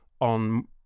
on